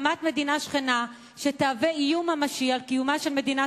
הקמת מדינה שכנה שתהווה איום ממשי על קיומה של מדינת